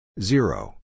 Zero